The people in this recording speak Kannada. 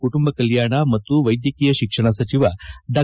ಕುಟುಂಬ ಕಲ್ಕಾಣ ಮತ್ತು ವೈದ್ಯಕೀಯ ಶಿಕ್ಷಣ ಸಚಿವ ಡಾ